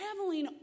traveling